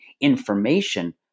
information